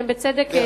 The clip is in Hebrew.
אתם בצדק טוענים,